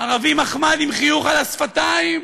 ערבי מחמד עם חיוך על השפתיים